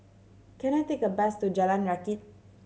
can I take a bus to Jalan Rakit